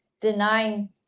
denying